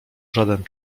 żaden